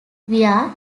via